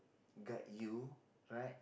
guide you right